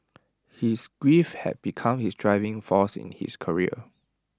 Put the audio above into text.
his grief had become his driving force in his career